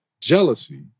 jealousy